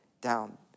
down